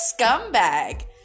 scumbag